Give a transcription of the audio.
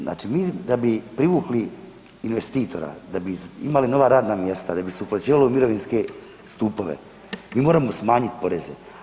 Znači mi da bi privukli investitora, da bi imali nova radna mjesta, da bi se uplaćivalo u mirovinske stupove mi moramo smanjit poreze.